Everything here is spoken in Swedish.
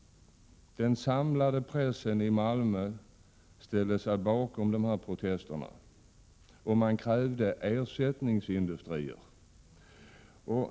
Den samlade pressen i Malmö ställde sig bakom protesterna, och man krävde ersättningsindustrier.